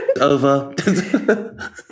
over